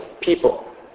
people